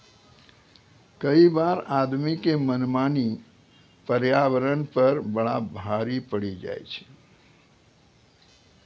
कई बार आदमी के मनमानी पर्यावरण पर बड़ा भारी पड़ी जाय छै